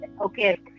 Okay